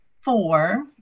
four